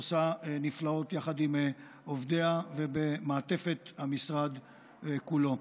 שעושה נפלאות, יחד עם עובדיה ומעטפת המשרד כולו.